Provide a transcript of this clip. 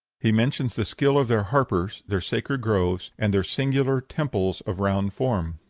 he mentions the skill of their harpers, their sacred groves, and their singular temples of round form.